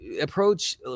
approach